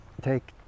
take